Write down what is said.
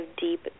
deep